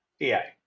AI